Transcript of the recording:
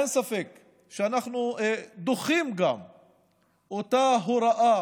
אין ספק שאנחנו גם דוחים את אותה הוראה